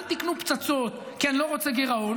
אל תקנו פצצות כי אני לא רוצה גירעון,